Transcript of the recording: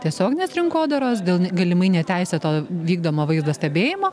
tiesioginės rinkodaros dėl galimai neteisėto vykdomo vaizdo stebėjimo